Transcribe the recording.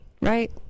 Right